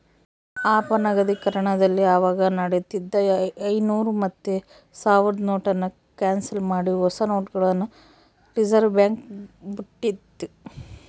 ಅಪನಗದೀಕರಣದಲ್ಲಿ ಅವಾಗ ನಡೀತಿದ್ದ ಐನೂರು ಮತ್ತೆ ಸಾವ್ರುದ್ ನೋಟುನ್ನ ಕ್ಯಾನ್ಸಲ್ ಮಾಡಿ ಹೊಸ ನೋಟುಗುಳ್ನ ರಿಸರ್ವ್ಬ್ಯಾಂಕ್ ಬುಟ್ಟಿತಿ